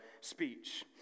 speech